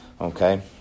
Okay